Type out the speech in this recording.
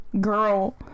girl